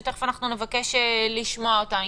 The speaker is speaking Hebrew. שתיכף נבקש לשמוע אותם,